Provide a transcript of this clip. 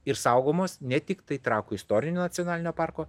ir saugomos ne tiktai trakų istorinio nacionalinio parko